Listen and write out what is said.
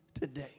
today